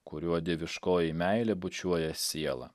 kuriuo dieviškoji meilė bučiuoja sielą